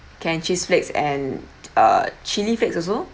can cheese flakes and err chilli flakes